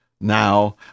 now